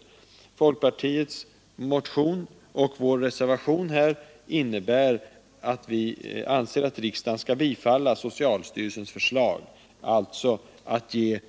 I folkpartiets motion och i vår reservation framhåller vi som vår mening att riksdagen bör bifalla socialstyrelsens förslag, dvs. att 1